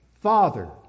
Father